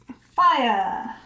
Fire